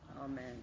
amen